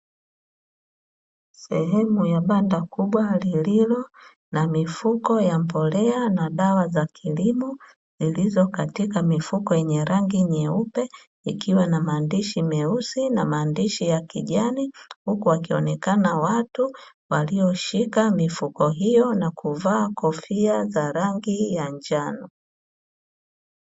Sehemu ya banda kubwa lililo na mifuko ya mbolea na dawa za kilimo zilizo katika mifuko yenye rangi nyeupe, ikiwa na maandishi myeusi na maandishi ya kijani huku wakionekana watu walioshika mifuko hiyo na kuvaa kofia za rangi ya njano.